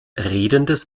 redendes